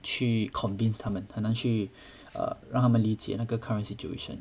去 convince 他们很难去 err 让他们理解那个 current situation